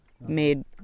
made